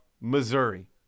Missouri